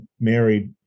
married